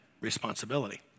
responsibility